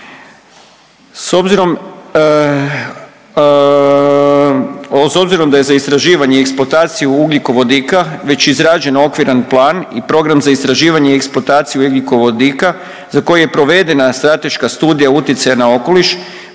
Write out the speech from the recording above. s obzirom da je za istraživanje i eksploataciju ugljikovodika već izrađen okviran plan i program za istraživanje i eksploataciju ugljikovodika za koji je provedena strateška Studija utjecaja na okoliš,